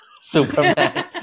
Superman